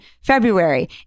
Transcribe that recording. February